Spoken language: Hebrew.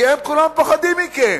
כי הם כולם פוחדים מכם.